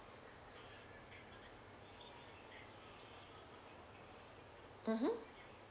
mmhmm